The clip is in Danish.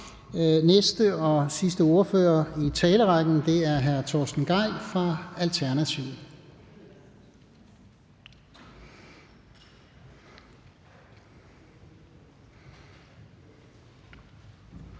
næste og sidste ordfører i talerrækken er hr. Torsten Gejl fra Alternativet.